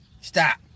Stop